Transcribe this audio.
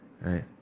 Right